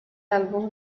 álbum